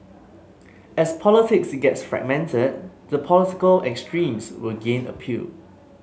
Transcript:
as politics gets fragmented the political extremes will gain appeal